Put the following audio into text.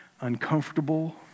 uncomfortable